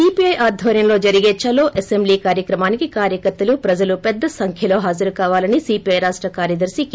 CPI ఆధ్వర్యంలో జరిగే ఛలో అసెంబ్లీ కార్యక్రమానికి కార్యకర్తలు ప్రజలు పెద్ద సంఖ్యలో హాజరుకావాలని సీపీఐ రాష్ట కార్యదర్శి కె